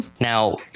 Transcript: Now